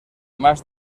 más